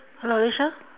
hello alicia